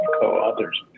co-authors